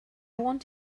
want